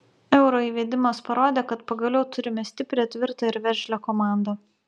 euro įvedimas parodė kad pagaliau turime stiprią tvirtą ir veržlią komandą